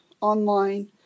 online